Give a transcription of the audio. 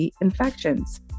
infections